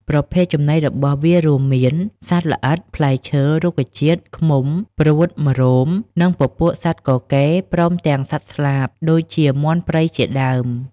ប្រភេទចំណីរបស់វារួមមាន សត្វល្អិត ផ្លែឈើ រុក្ខជាតិ ឃ្មុំ ព្រួត ម្រោម និងពពួកសត្វកកេរ ព្រមទាំងសត្វស្លាប ដូចជាមាន់ព្រៃជាដើម។